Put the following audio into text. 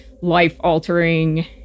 life-altering